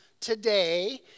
Today